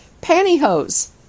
Pantyhose